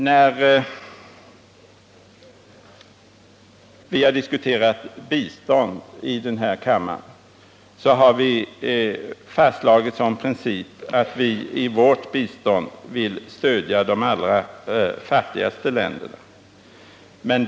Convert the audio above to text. När vi i denna kammare har diskuterat bistånd har vi fastslagit som princip att vi i vårt bistånd vill stödja de allra fattigaste länderna.